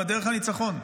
בדרך לניצחון.